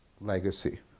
legacy